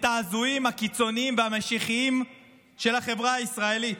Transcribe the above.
ההזויים הקיצוניים והמשיחיים של החברה הישראלית?